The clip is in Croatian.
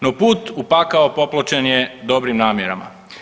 No, put u pakao popločen je dobrim namjerama.